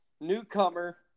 newcomer